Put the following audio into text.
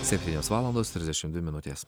septynios valandos trisdešim dvi minutės